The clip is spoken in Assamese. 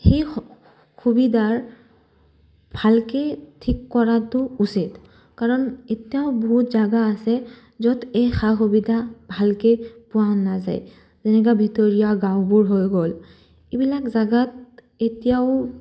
সেই সুবিধাৰ ভালকে ঠিক কৰাতো উচিত কাৰণ এতিয়াও বহুত জাগা আছে য'ত এই সা সুবিধা ভালকে পোৱা নাযায় যেনেকাে ভিতৰীয়া গাঁওবোৰ হৈ গ'ল এইবিলাক জাগাত এতিয়াও